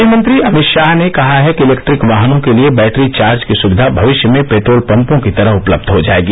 गृहमंत्री अमित शाह ने कहा है कि इलेक्ट्रिक वाहनों के लिए बैटरी चार्ज सुविधा भविष्य में पेट्रोल पंपों की तरह उपलब्ध हो जाएगी